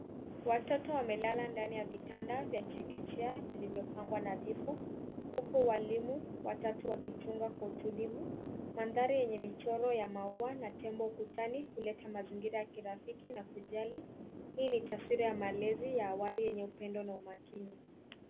Watoto wamelala ndani ya vitanda vya chekechea vilivyopangwa nadhifu, huku walimu watatu wakichunga kwa utulivu. Mandhari yenye michoro ya maua na tembo ukutani huleta mazingira ya kirafiki na kujali. Hii ni taswira ya malezi ya awali yenye upendo na umakini.